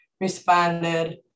responded